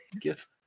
Give